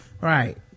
right